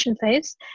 phase